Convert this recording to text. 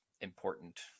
important